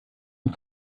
und